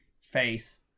Face